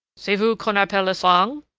c'est vous qu'on appelle le sang?